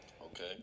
Okay